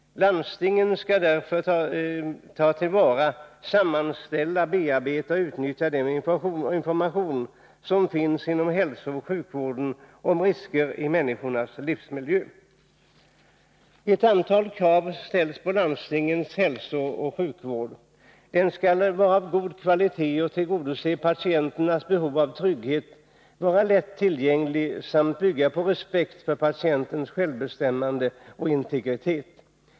Landstingskommunerna skall därför ta till vara, sammanställa, bearbeta och utnyttja den information som finns inom hälsooch sjukvården om risker i människornas livsmiljö. Ett antal krav ställs på landstingskommunernas hälsooch sjukvård. Den skall vara av god kvalitet, tillgodose patienternas behov av trygghet, vara lätt tillgänglig samt bygga på respekt för patientens självbestämmande och integritet.